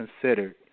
considered